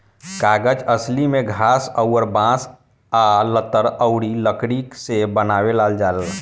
कागज असली में घास अउर बांस आ लतर अउरी लकड़ी से बनावल जाला